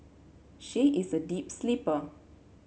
she is a deep sleeper